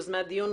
יוזמי הדיון,